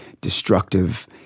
destructive